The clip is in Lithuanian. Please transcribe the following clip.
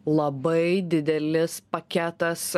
labai didelis paketas